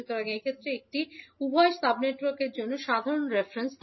সুতরাং এক্ষেত্রে এটি উভয় সাব নেটওয়ার্কের জন্য সাধারণ রেফারেন্স